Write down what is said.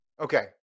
Okay